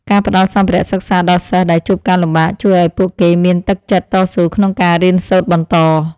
ការផ្តល់សម្ភារៈសិក្សាដល់សិស្សដែលជួបការលំបាកជួយឱ្យពួកគេមានទឹកចិត្តតស៊ូក្នុងការរៀនសូត្របន្ត។